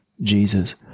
Jesus